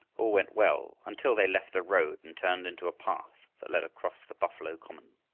all went well until they left the road and turned into a path that led across the buffalo common.